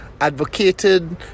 advocated